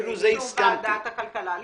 באישור ועדת הכלכלה.